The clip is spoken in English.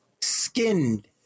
skinned